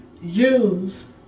use